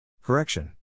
Correction